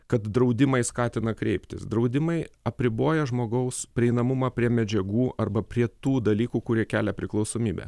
kad draudimai skatina kreiptis draudimai apriboja žmogaus prieinamumą prie medžiagų arba prie tų dalykų kurie kelia priklausomybę